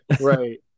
right